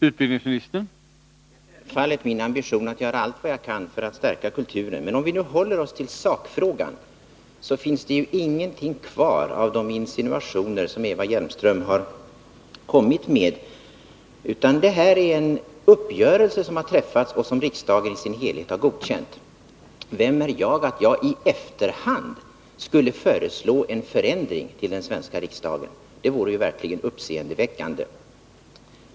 Herr talman! Det är självfallet min ambition att göra allt vad jag kan för att stärka kulturen. Men om vi nu håller oss till sakfrågan. så finns det ju ingenting kvar av de insinuationer som Eva Hjelmström har kommit med. Detta är en uppgörelse som träffats och som riksdagen i dess helhet har godkänt. Vem är jag att jag i efterhand i den svenska riksdagen skulle föreslå en förändring? Det vore verkligen uppseendeväckande.